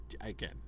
Again